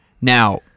Now